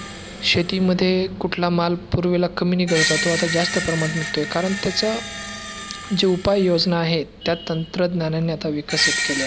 शेतीमध्ये कुठला माल पूर्वीला कमी निघत होता तो आता जास्त प्रमाणात निघतो आहे कारण त्याचं जे उपाययोजना आहेत त्या तंत्रज्ञानाने आता विकसित केले आहे